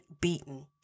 beaten